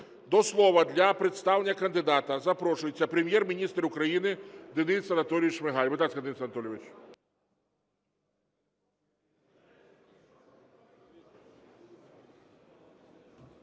До слова для представлення кандидата запрошується Прем'єр-міністр України Денис Анатолійович Шмигаль.